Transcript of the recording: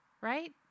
right